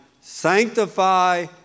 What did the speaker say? sanctify